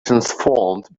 transformed